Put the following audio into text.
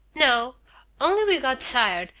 no only we got tired,